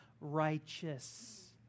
righteous